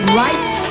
right